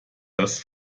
dass